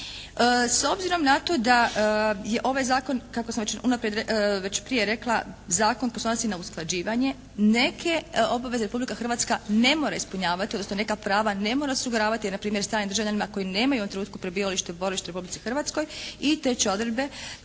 S obzirom na to da je ovaj zakon kako sam već unaprijed, već prije rekla zakon …/Govornik se ne razumije./… usklađivanje neke obaveze Republika Hrvatska ne mora ispunjavati odnosno neka prava ne mora osiguravati, npr. stranim državljanima koji nemaju u ovom trenutku prebivalište, boravište u Republici Hrvatskoj i te će odredbe